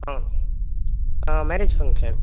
ah marriage function